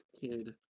kid